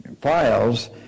files